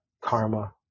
karma